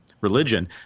religion